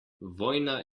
vojna